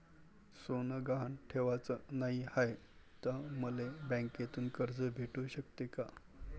सोनं गहान ठेवाच नाही हाय, त मले बँकेतून कर्ज भेटू शकते का?